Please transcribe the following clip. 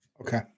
Okay